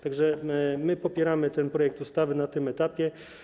Tak że popieramy ten projekt ustawy na tym etapie.